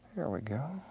there we go.